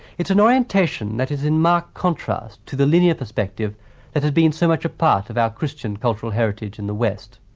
an orientation that is in marked contrast to the linear perspective that has been so much a part of our christian cultural heritage in the west.